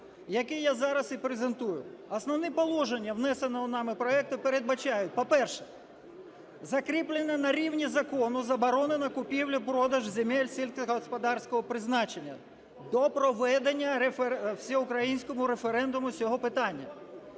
який я зараз і презентую. Основні положення внесеного нами проекту передбачають, по-перше, закріплення на рівні закону заборону на купівлю, продаж земель сільськогосподарського призначення до проведення всеукраїнського референдуму з цього питання.